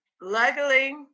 Luckily